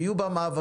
ויהיו בה מאבקים,